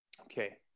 okay